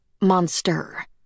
monster